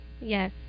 Yes